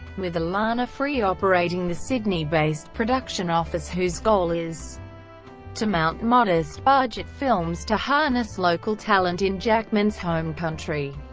with alana free operating the sydney-based production office whose goal is to mount modest-budget films to harness local talent in jackman's home country.